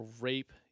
Rape